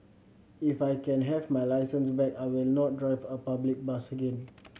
if I can have my licence back I will not drive a public bus again